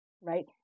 right